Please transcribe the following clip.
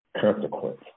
consequence